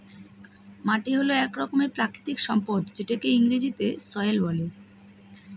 মাটি হল এক রকমের প্রাকৃতিক সম্পদ যেটাকে ইংরেজিতে সয়েল বলে